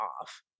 off